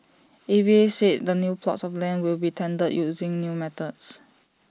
A V A said the new plots of land will be tendered using new methods